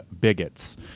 bigots